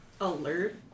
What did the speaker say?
alert